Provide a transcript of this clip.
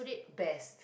best